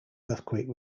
earthquake